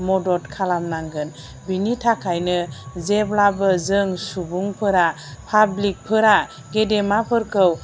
मदद खालामनांगोन बेनि थाखायनो जेब्लाबो जों सुबुंफोरा पाब्लिकफोरा गेदेमाफोरखौ